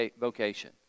vocation